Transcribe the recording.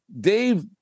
Dave